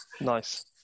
Nice